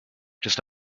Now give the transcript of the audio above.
just